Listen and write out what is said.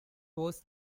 was